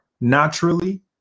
naturally